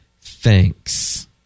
thanks